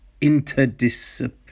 interdisciplinary